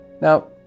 Now